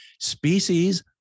Species